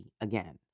again